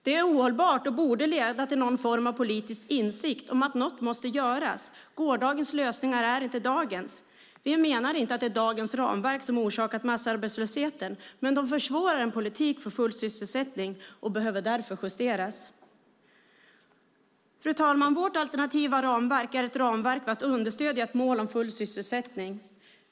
Det är ohållbart och borde leda till någon form av politisk insikt om att något måste göras. Gårdagens lösningar är inte dagens. Vi menar inte att det är dagens ramverk som orsakat massarbetslösheten, men de försvårar en politik för full sysselsättning och behöver därför justeras. Fru talman! Vårt alternativa ramverk är ett ramverk för att understödja ett mål om full sysselsättning.